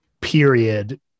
period